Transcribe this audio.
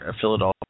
Philadelphia